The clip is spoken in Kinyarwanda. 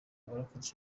uwarokotse